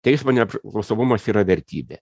teismo nepriklausomumas yra vertybė